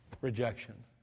Rejection